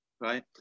Right